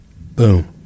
Boom